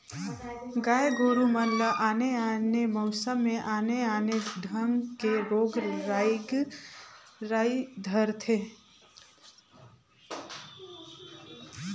गाय गोरु मन ल आने आने मउसम में आने आने ढंग के रोग राई धरथे